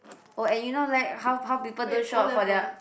oh and you know like how how people don't show up for their